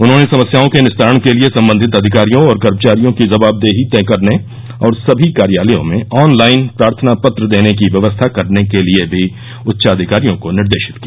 उन्होंने समस्याओं के निस्तारण के लिए संबंधित अधिकारियों और कर्मचारियों की जवाबदेही तय करने और सभी कार्यालयों में ऑनलाइन प्रार्थना पत्र देने की व्यवस्था करने के लिए भी उच्चाधिकारियों को निर्देशित किया